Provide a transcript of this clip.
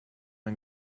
and